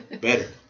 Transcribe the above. better